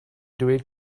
dweud